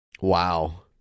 Wow